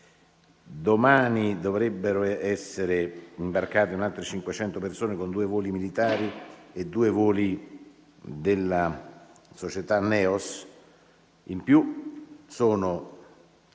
Domani dovrebbero essere imbarcate altre 500 persone con due voli militari e due voli della società Neos. In più, sono